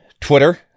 Twitter